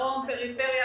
דרום פריפריה,